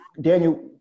Daniel